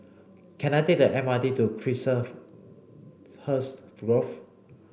can I take the M R T to Chiselhurst Grove